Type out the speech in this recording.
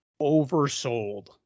oversold